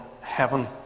heaven